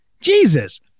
Jesus